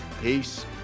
Peace